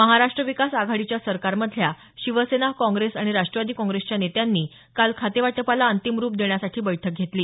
महाराष्ट्र विकास आघाडीच्या सरकारमधल्या शिवसेना काँग्रेस आणि राष्ट्रवादी काँग्रेसच्या नेत्यांनी काल खातेवाटपाला अंतिम रुप देण्यासाठी बैठक घेतली